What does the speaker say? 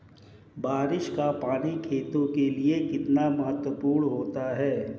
बारिश का पानी खेतों के लिये कितना महत्वपूर्ण होता है?